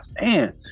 man